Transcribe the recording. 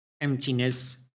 emptiness